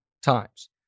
Times